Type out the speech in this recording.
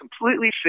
completely